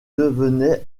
devenait